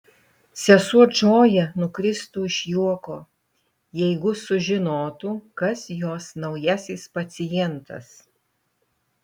sesuo džoja nukristų iš juoko jeigu sužinotų kas jos naujasis pacientas